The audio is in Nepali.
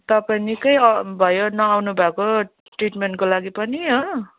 तपाईँ निकै भयो नआउनु भएको ट्रिटमेन्टको लागि पनि हो